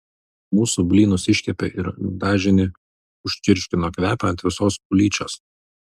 mūsų blynus iškepė ir dažinį užčirškino kvepia ant visos ulyčios